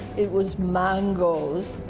it was mangoes.